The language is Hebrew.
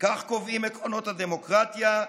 כך קובעים עקרונות הדמוקרטיה,